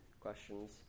questions